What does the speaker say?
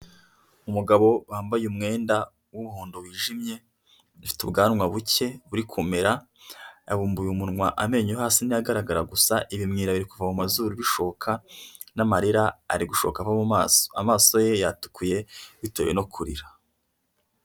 Umugabo wambaye umwenda w'umuhondo wijimye afite ubwanwa buke buri kumera, yabumbuye umunwa amenyo hasi ni yo agaragara gusa. Ibimwira biri kuva mu mu mazuru bishoka, n'amarira ari gushokaho ava mu maso ye yatukuye bitewe no kurira.